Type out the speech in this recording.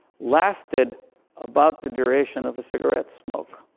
lasted about the duration of a cigarette smoke.